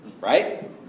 Right